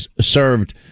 served